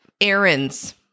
errands